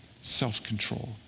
self-control